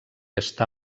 està